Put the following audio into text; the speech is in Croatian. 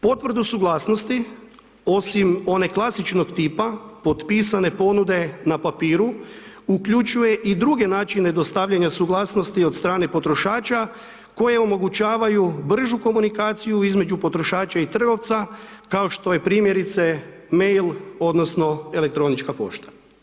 Potvrdu suglasnosti osim one klasičnog tipa, potpisane ponude na papiru, uključuje i druge načine dostavljanja suglasnosti od strane potrošača koje omogućavaju bržu komunikaciju između potrošača i trgovca kao što je primjerice mail odnosno elektronička pošta.